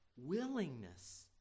willingness